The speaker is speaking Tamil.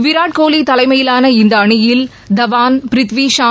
விராட் கோலி தலைமையிலான இந்த அணியில் தவான் பிருத்வி ஷா